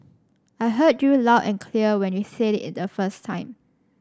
I heard you loud and clear when you said it the first time